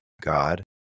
God